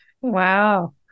Wow